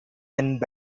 என்ப